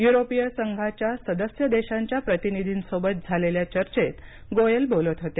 युरोपीय संघाच्या सदस्य देशांच्या प्रतिनिधींसोबत झालेल्या चर्चेत गोयल बोलत होते